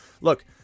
Look